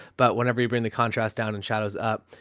but whenever you bring the contrast down in shadows up,